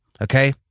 Okay